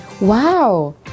Wow